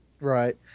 right